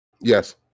Yes